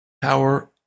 Power